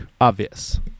Obvious